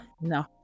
No